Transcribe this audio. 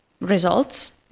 results